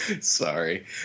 Sorry